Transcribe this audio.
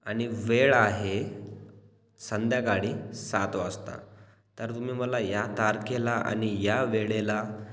आणि वेळ आहे संध्याकाळी सात वाजता तर तुम्ही मला या तारखेला आणि या वेळेला